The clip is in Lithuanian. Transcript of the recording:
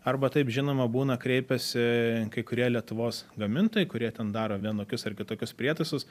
arba taip žinoma būna kreipiasi kai kurie lietuvos gamintojai kurie ten daro vienokius ar kitokius prietaisus